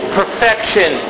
perfection